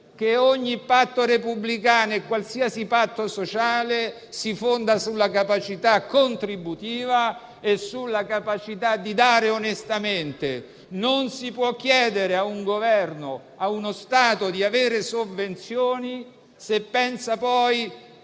che ogni patto repubblicano e qualsiasi patto sociale si fondano sulla capacità contributiva di dare onestamente. Non si può chiedere a un Governo e a uno Stato di avere sovvenzioni se, poi,